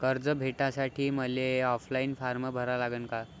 कर्ज भेटासाठी मले ऑफलाईन फारम भरा लागन का?